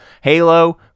Halo